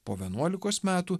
po vienuolikos metų